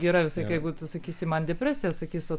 gi yra visalaik jeigu tu sakysi man depresija sakys o